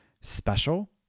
special